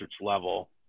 level